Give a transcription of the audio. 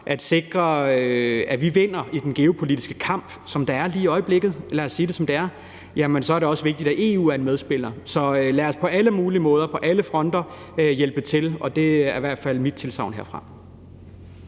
at sikre, at vi vinder i den geopolitiske kamp, som der er lige i øjeblikket – lad os sige det, som det er – så er det også vigtigt, at EU er en medspiller. Så lad os på alle mulige måder og på alle fronter hjælpe til – det er i hvert fald mit tilsagn herfra.